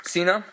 Sina